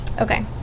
Okay